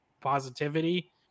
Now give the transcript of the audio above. positivity